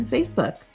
Facebook